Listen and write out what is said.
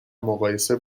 مقایسه